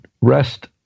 rest